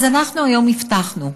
אז אנחנו היום הבטחנו,